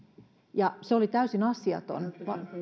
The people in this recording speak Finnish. liikkeen se oli täysin asiaton